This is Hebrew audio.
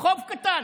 חוב קטן,